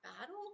battle